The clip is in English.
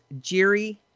Jerry